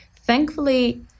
thankfully